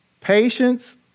patience